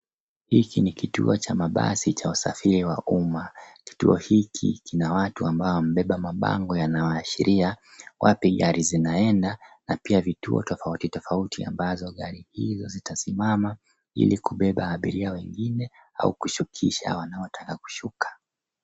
Hiki ni kituo cha mabsi cha usafiri wa umma. Kituo hiki kina watu ambao wamebeba mabango yanayoashiria wapi gari zinaenda na pia vituo tofautitofauti ambazo gari hizo zitasimama ili kubeba abiria wengine au kushukisha wanaotaka kushuka.